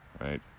right